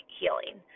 healing